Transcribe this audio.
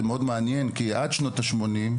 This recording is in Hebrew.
זה מאוד מעניין כי עד שנות ה-80,